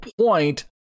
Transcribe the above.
point